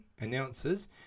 announces